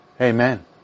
Amen